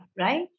right